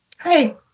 Hey